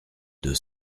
deux